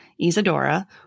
Isadora